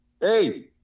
Hey